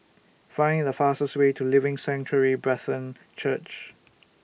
Find The fastest Way to Living Sanctuary Brethren Church